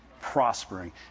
prospering